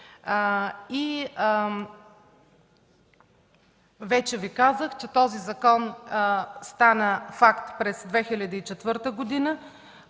Вече Ви казах, че този закон стана факт през 2004 г.